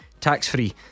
tax-free